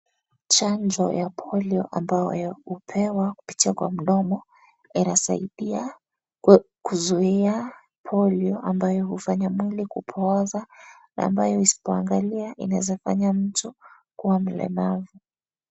Chanjo ya polio ambayo hupatiwa kupitia kwa mdomo , inasaidia kuzuia polio ambayo hufanya mwili kupooza na ambayo isipoangalia inaeza fanya mtu kuwa mlemavu.